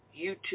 YouTube